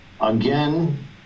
again